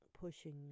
pushing